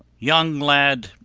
young lad,